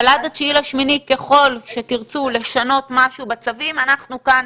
אבל עד ה-9.8 ככל שתרצו לשנות משהו בצווים אנחנו כאן,